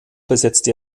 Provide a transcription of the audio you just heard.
besetzte